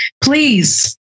please